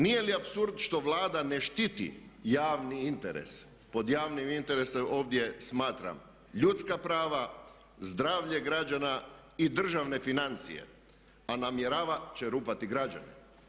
Nije li apsurd što Vlada ne štiti javni interes, pod javnim interesom ovdje smatram ljudska prava, zdravlje građana i državne financije, a namjerava čerupati građane?